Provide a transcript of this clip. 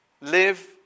Live